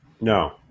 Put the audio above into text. No